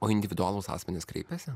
o individualūs asmenys kreipiasi